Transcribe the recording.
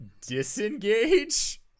disengage